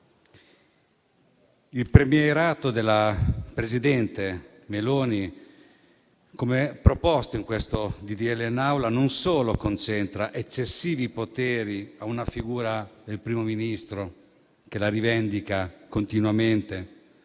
Il premierato della presidente Meloni, come proposto in questo disegno di legge, non solo concentra eccessivi poteri nella figura del Primo Ministro, che li rivendica continuamente,